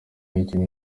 y’iminota